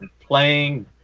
playing